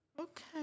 Okay